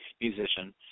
musician